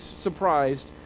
surprised